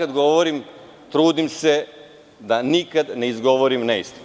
Kad govorim, trudim se da nikad ne izgovorim neistinu.